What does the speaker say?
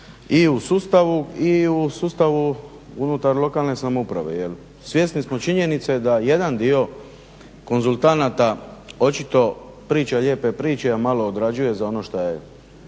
i u sustavu i u sustavu unutar lokalne samouprave, jer svjesni smo činjenice da jedan dio konzultanata očito priča lijepe priče, a malo odrađuje za ono što je